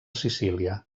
sicília